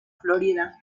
florida